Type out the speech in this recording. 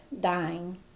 dying